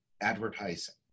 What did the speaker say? advertising